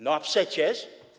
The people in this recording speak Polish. No a przecież.